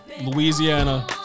Louisiana